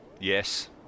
Yes